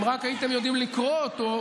אם רק הייתם יודעים לקרוא אותו.